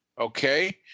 okay